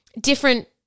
different